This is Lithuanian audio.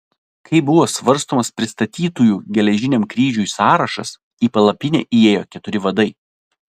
kai buvo svarstomas pristatytųjų geležiniam kryžiui sąrašas į palapinę įėjo keturi vadai